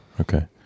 okay